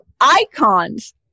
icons